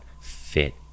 fit